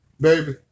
baby